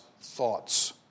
thoughts